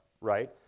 right